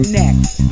next